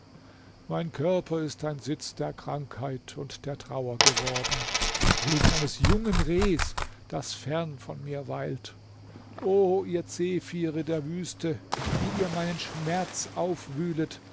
mein körper ist ein sitz der krankheit und der trauer geworden wegen eines jungen rehs das fern von mir weilt o ihr zephyre der wüste die ihr meinen schmerz aufwühlet